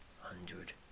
hundred